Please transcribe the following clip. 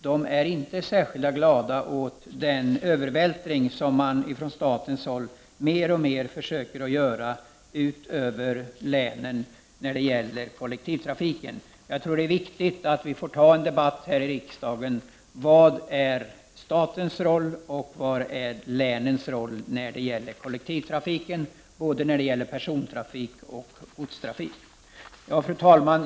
De är inte särskilt glada åt denna övervältring som man från statens håll mer eller mindre försöker att göra utöver länen när det gäller kollektivtrafiken. Jag tror att det är viktigt att vi får ta en debatt här i riksdagen om vad som är statens roll och vad som är länens roll när det gäller kollektivtrafiken, både persontrafik och godstrafik. Fru talman!